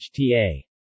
HTA